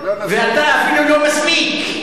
ואתה אפילו לא מסמיק,